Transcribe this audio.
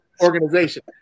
organization